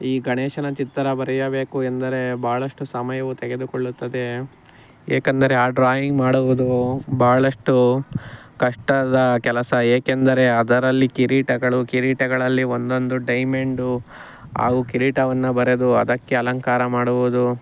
ಈ ಗಣೇಶನ ಚಿತ್ರ ಬರೆಯಬೇಕು ಎಂದರೆ ಭಾಳಷ್ಟು ಸಮಯವು ತೆಗೆದುಕೊಳ್ಳುತ್ತದೆ ಏಕೆಂದರೆ ಆ ಡ್ರಾಯಿಂಗ್ ಮಾಡುವುದು ಬಹಳಷ್ಟು ಕಷ್ಟದ ಕೆಲಸ ಏಕೆಂದರೆ ಅದರಲ್ಲಿ ಕಿರೀಟಗಳು ಕಿರೀಟಗಳಲ್ಲಿ ಒಂದೊಂದು ಡೈಮೆಂಡು ಹಾಗೂ ಕಿರೀಟವನ್ನು ಬರೆದು ಅದಕ್ಕೆ ಅಲಂಕಾರ ಮಾಡುವುದು